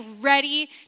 ready